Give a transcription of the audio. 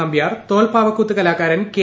നമ്പ്യാർ തോൽപ്പാവക്കൂത്ത് കലാകാരൻ കെ